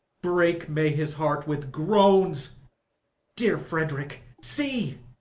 break may his heart with groans dear frederick, see,